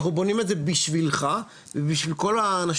אנחנו בונים את זה בשבילך ובשביל כל האנשים